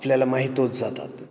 आपल्याला माहीत होत जातात